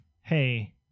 hey